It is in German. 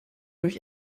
durch